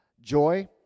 joy